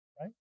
right